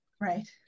Right